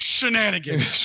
Shenanigans